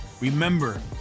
Remember